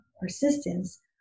persistence